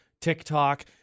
TikTok